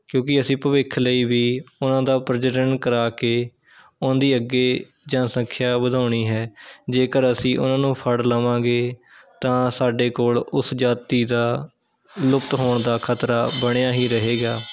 ਕਿਉਂਕਿ ਅਸੀਂ ਭਵਿੱਖ ਲਈ ਵੀ ਉਹਨਾਂ ਦਾ ਪ੍ਰਜਨਨ ਕਰਾ ਕੇ ਉਹਦੀ ਅੱਗੇ ਜਨਸੰਖਿਆ ਵਧਾਉਣੀ ਹੈ ਜੇਕਰ ਅਸੀਂ ਉਹਨਾਂ ਨੂੰ ਫੜ ਲਵਾਂਗੇ ਤਾਂ ਸਾਡੇ ਕੋਲ ਉਸ ਜਾਤੀ ਦਾ ਲੁਪਤ ਹੋਣ ਦਾ ਖਤਰਾ ਬਣਿਆ ਹੀ ਰਹੇਗਾ